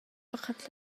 pakhat